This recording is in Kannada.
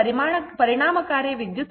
ಆದ್ದರಿಂದ ಈ ಪರಿಣಾಮಕಾರಿ ವಿದ್ಯುತ್ ಹರಿವು 40